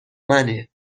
منه